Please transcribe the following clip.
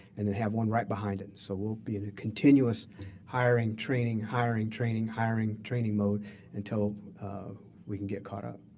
and then have one right behind it. so we'll be in a continuous hiring, training, hiring, training, hiring, training mode until we can get caught up.